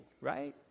right